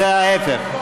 זה ההפך.